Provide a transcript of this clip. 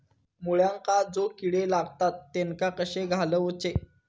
मुळ्यांका जो किडे लागतात तेनका कशे घालवचे?